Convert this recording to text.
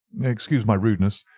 excuse my rudeness.